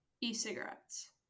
e-cigarettes